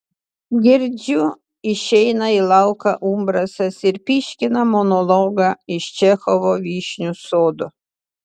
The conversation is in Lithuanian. girdžiu išeina į lauką umbrasas ir pyškina monologą iš čechovo vyšnių sodo